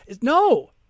No